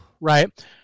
Right